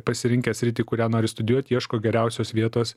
pasirinkęs sritį kurią nori studijuot ieško geriausios vietos